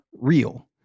real